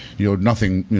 you're nothing, you